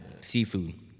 seafood